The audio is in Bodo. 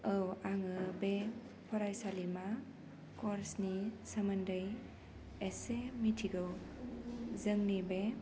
औ आङो बे फरायसालिमा कर्सनि सोमोन्दै एसे मिथिगौ जोंनि बे